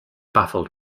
baffled